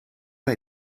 hij